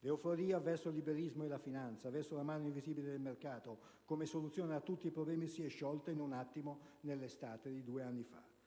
L'euforia verso il liberismo e la finanza, verso la mano invisibile del mercato come soluzione a tutti i problemi si è sciolta in un attimo nell'estate di due anni fa.